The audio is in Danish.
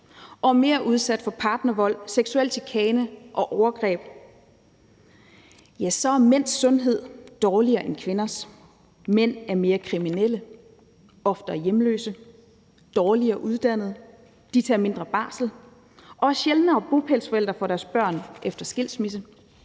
er mere udsatte for partnervold, seksuel chikane og overgreb, ja, så er mænds sundhed dårligere end kvinders, mænd er mere kriminelle, oftere hjemløse, dårligere uddannet, de tager mindre barsel og er sjældnere bopælsforældre for deres børn efter en skilsmisse.